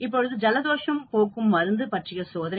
இப்பொழுது ஜலதோஷம் போக்கும் மருந்து பற்றிய சோதனை